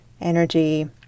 energy